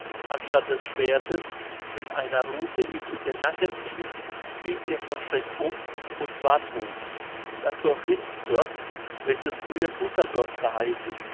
anstatt des schwertes mit einer ruthe ihn in den nacken hieb fiel er vor schreck um und war todt das dorf hinzendorf welches früher butterdorf geheißen